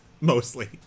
Mostly